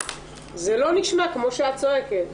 זה לא נשמע כמו שאת צועקת,